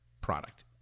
product